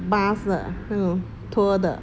bus 的那种 tour 的